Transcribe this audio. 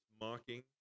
mocking